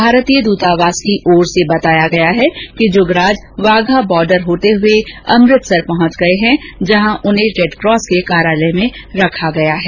भारतीय द्रतावास की ओर से बताया गया है कि जुगराज वाघा बॉर्डर होते हुए अमृतसर पहुंच गए हैं जहां उन्हें रेडकॉस के कार्यालय में रखा गया है